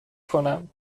کنم